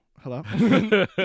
Hello